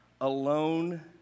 alone